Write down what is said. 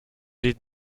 did